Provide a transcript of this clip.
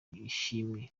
ishimwe